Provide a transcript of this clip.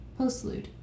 postlude